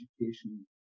education